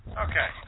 Okay